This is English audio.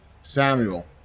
Samuel